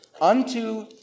unto